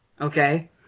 Okay